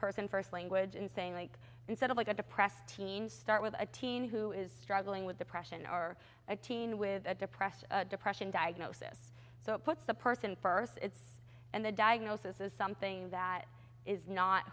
person first language and saying like instead of like a depressed teen start with a teen who is struggling with depression or a teen with a depressed depression diagnosis that puts the person first it's and the diagnosis is something that is not